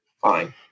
fine